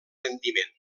rendiment